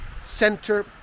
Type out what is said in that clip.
center